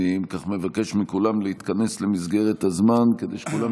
אני מבקש מכולם להתכנס למסגרת הזמן כדי שכולם